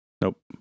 Nope